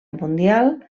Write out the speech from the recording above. mundial